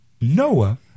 Noah